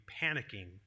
panicking